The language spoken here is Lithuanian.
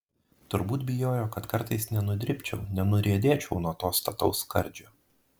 turbūt bijojo kad kartais nenudribčiau nenuriedėčiau nuo to stataus skardžio